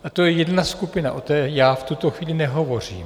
To je jedna skupina, o té já v tuto chvíli nehovořím.